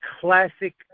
classic